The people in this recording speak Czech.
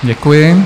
Děkuji.